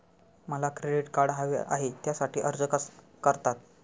मला credit card हवे आहे त्यासाठी अर्ज कसा करतात?